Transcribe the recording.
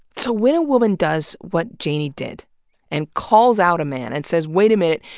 so when a woman does what janey did and calls out a man, and says wait a minute,